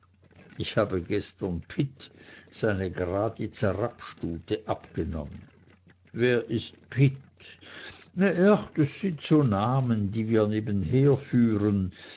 ich habe gestern pitt seine graditzer rappstute abgenommen wer ist pitt ach das sind so namen die wir nebenher führen